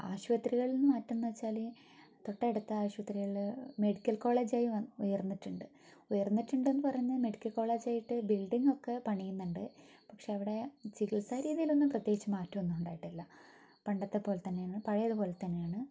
ആശുപത്രികളിൽ മാറ്റം എന്ന് വച്ചാൽ തൊട്ടടുത്ത ആശുപത്രികളിൽ മെഡിക്കൽ കോളേജായി ഉയർന്നിട്ടുണ്ട് ഉയർന്നിട്ടുണ്ട് എന്നു പറഞ്ഞാൽ മെഡിക്കൽ കോളേജായിട്ട് ബിൽഡിങ്ങൊക്കെ പണിയുന്നുണ്ട് പക്ഷേ അവിടെ ചികിത്സ രീതിയിലൊന്നും പ്രതേകിച്ച് മാറ്റമൊന്നും ഉണ്ടായിട്ടില്ല പണ്ടത്തെ പോലെത്തന്നെയാണ് പഴയത് പോലെത്തന്നെയാണ്